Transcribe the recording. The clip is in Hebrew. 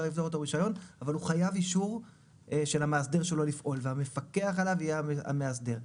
אבל הוא חייב אישור של המאסדר שלו לפעול והמפקח עליו יהיה המאסדר.